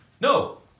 No